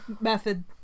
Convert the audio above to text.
Method